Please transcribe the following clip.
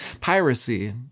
piracy